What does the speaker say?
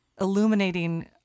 illuminating